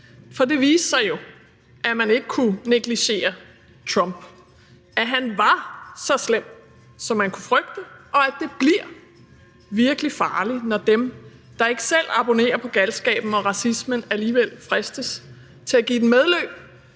For det viste sig jo, at man ikke kunne negligere Trump; at han var så slem, som man kunne frygte, og at det bliver virkelig farligt, når dem, der ikke selv abonnerer på galskaben og racismen, alligevel fristes til at give det medløb